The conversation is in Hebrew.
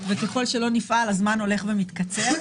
וככל שלא נפעל הזמן הולך ומתקצר.